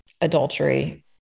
adultery